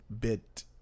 bit